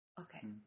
Okay